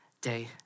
day